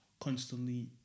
constantly